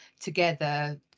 together